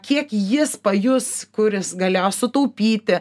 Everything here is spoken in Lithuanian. kiek jis pajus kur jis galėjo sutaupyti